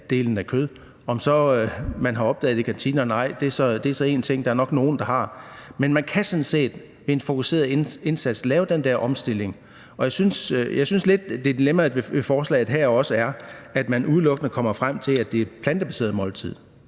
andelen af kød. Om man så har opdaget det i kantinerne eller ej, er én ting – der er nok nogle, der har. Men man kan sådan set ved en fokuseret indsats lave den der omstilling, og jeg synes lidt, dilemmaet ved forslaget her også er, at man udelukkende kommer frem til, at det er et plantebaseret måltid.